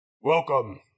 Welcome